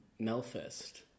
Melfest